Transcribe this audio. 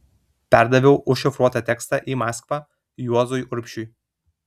perdaviau užšifruotą tekstą į maskvą juozui urbšiui